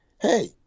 Hey